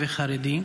מודה.